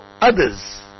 others